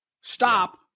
stop